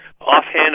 Offhand